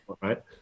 right